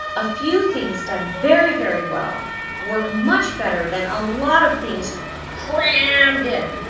a few things done very, very well work much better than a lot of things crammed in.